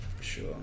sure